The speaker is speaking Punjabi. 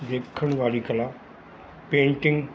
ਦੇਖਣ ਵਾਲੀ ਕਲਾ ਪੇਂਟਿੰਗ